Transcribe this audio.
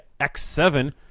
X7